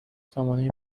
سامانه